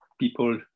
people